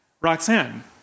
Roxanne